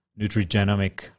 nutrigenomic